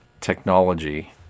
technology